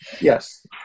Yes